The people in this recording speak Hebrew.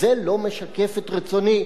זה לא משקף את רצוני.